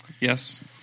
yes